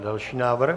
Další návrh.